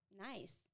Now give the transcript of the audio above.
nice